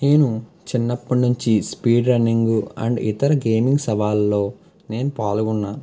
నేను చిన్నప్పటి నుంచి స్పీడ్ రన్నింగ్ అండ్ ఇతర గేమింగ్ సవాల్లో నేను పాల్గొన్న